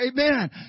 Amen